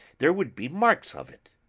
there would be marks of it.